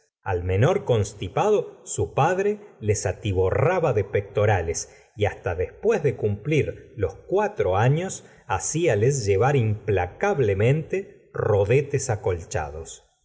al menor constipado su padre les atiborraba de pectorales y hasta después de cumplir los cuatros años haciales llevar implacablemente rodetes acolchados